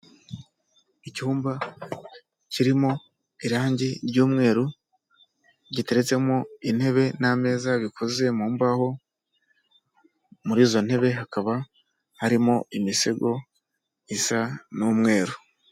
Icyumba kirimo irangi ry'umweru giteretsemo intebe n'ameza bikoze mu mbaho, muri izo ntebe hakaba harimo imisego isa n'umweru.